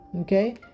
okay